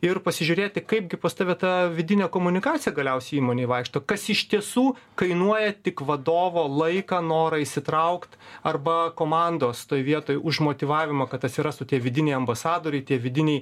ir pasižiūrėti kaipgi pas tave ta vidinė komunikacija galiausiai įmonėj vaikšto kas iš tiesų kainuoja tik vadovo laiką norą įsitraukt arba komandos toj vietoj už motyvavimą kad atsirastų tie vidiniai ambasadoriai tie vidiniai